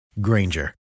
Granger